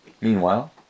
Meanwhile